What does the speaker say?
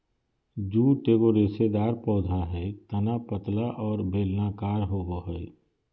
jute एगो रेशेदार पौधा हइ तना पतला और बेलनाकार होबो हइ